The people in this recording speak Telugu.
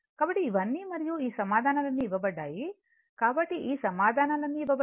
కాబట్టి ఇవన్నీ మరియు ఈ సమాధానాలన్నీ ఇవ్వబడ్డాయి కాబట్టి ఈ సమాధానాలన్నీ ఇవ్వబడ్డాయి